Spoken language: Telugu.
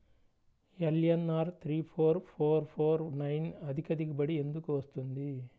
LNR three four four four nine అధిక దిగుబడి ఎందుకు వస్తుంది?